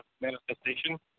manifestation